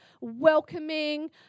welcoming